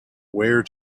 where